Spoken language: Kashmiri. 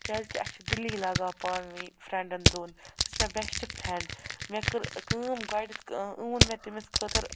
کیٛاہ زِ کہِ اَسہِ چھُ دِلی لگاو پانہٕ ؤنی فرٮ۪نٛڈن دۄن سُہ چھُس مےٚ بٮ۪سٹ فرٮ۪نٛڈ مےٚ کٔر کٲم گۄڈنٮ۪تھ اُ ووٚن مےٚ تٔمِس خٲطر